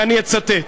ואני אצטט.